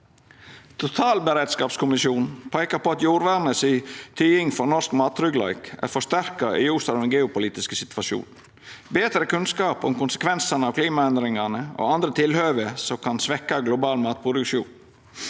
Totalberedskapskommisjonen peikar på at jordvernet si tyding for norsk mattryggleik er forsterka i ljos av den geopolitiske situasjonen og betre kunnskap om konsekvensane av klimaendringane og andre tilhøve som kan svekkja global matproduksjon.